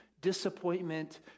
disappointment